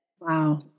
Wow